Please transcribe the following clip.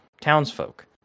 townsfolk